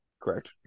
Correct